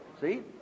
See